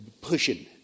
pushing